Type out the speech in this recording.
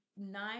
Nine